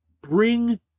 bring